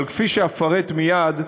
אבל כפי שאפרט מייד,